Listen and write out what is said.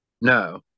No